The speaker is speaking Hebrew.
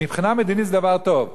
מבחינה מדינית זה דבר טוב,